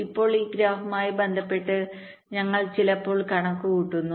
ഇപ്പോൾ ഈ ഗ്രാഫുമായി ബന്ധപ്പെട്ട് ഞങ്ങൾ ചിലപ്പോൾ കണക്കുകൂട്ടുന്നു